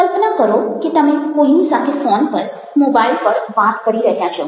કલ્પના કરો કે તમે કોઈની સાથે ફોન પર મોબાઈલ પર વાત કરી રહ્યા છો